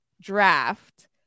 draft